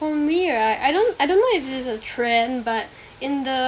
for me right I don't I don't know if this is a trend but in the